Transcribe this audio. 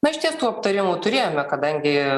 na išties tų aptarimų turėjome kadangi